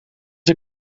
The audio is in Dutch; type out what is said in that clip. een